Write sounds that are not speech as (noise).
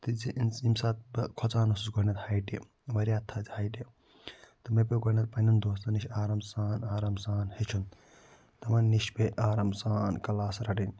تہِ زِ (unintelligible) ییٚمہِ ساتہٕ بہٕ کھۄژان اوسُس گۄڈٕنٮ۪تھ ہایٹہٕ واریاہ تھَدِ ہایٹہِ تہٕ مےٚ پیوٚو گۄڈٕنٮ۪تھ پنٛنٮ۪ن دوستَن نِش آرام سان آرام سان ہیٚچھُن تِمَن نِش پے آرام سان کلاس رَٹٕنۍ